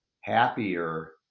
happier